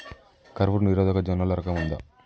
కరువు నిరోధక జొన్నల రకం ఉందా?